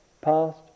past